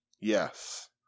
Yes